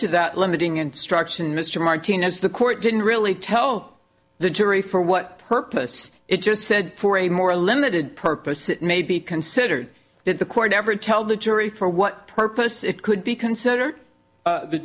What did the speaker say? to that limiting instruction mr martinez the court didn't really tell the jury for what purpose it just said for a more limited purpose it may be considered if the court ever tell the jury for what purpose it could be consider